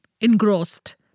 Engrossed